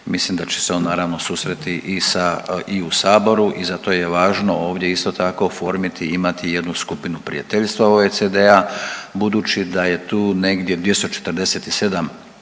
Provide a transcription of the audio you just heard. mislim da će se on naravno susresti i sa, i u saboru i zato je važno ovdje isto tako oformiti i imati jednu skupinu prijateljstva OECD-a budući da je tu negdje 247